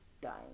dying